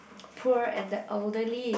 poor and the elderly